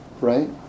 right